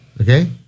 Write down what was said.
Okay